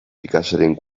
picassoren